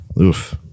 Oof